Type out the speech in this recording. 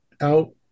out